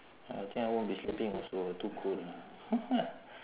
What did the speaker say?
ya I think I won't be sleeping also too cold ah